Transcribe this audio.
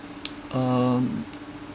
um